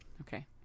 Okay